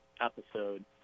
episode